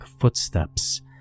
footsteps